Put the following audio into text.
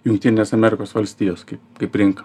jungtinės amerikos valstijos kaip kaip rinka